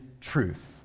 truth